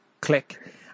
click